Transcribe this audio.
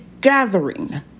gathering